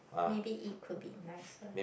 maybe it could be nicer